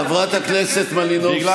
חברת הכנסת מלינובסקי, די, מספיק, את הכנסת?